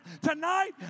Tonight